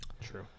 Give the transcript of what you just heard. True